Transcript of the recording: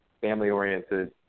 family-oriented